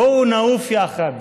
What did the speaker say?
בואו נעוף יחד,